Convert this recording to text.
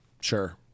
Sure